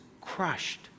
crushed